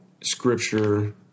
scripture